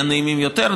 יהיו נעימות יותר,